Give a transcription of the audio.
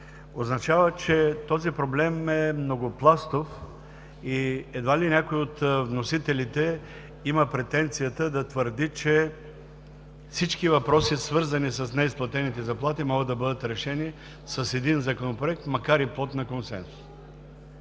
означава, че този проблем е многопластов и едва ли някой от вносителите има претенцията да твърди, че всички въпроси, свързани с неизплатените заплати могат да бъдат решени с един законопроект, макар и плод на консенсус.